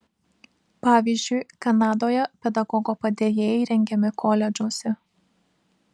pavyzdžiui kanadoje pedagogo padėjėjai rengiami koledžuose